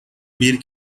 bir